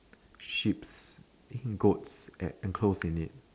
sheep's goats enclosed in it